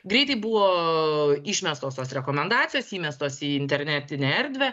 greitai buvo išmestos tos rekomendacijos įmestos į internetinę erdvę